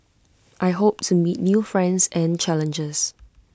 I hope to meet new friends and challenges